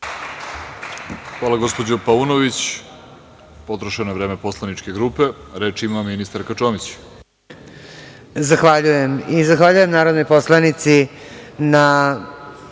Hvala gospođo Paunović. Potrošeno je vreme poslaničke grupe. Reč ima ministarka Čomić.